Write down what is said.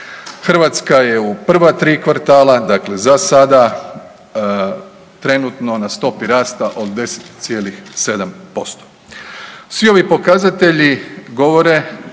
Hrvatska je u prva tri kvartala, dakle za sada trenutno na stopi rasta od 10,7%. Svi ovi pokazatelji govore